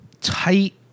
tight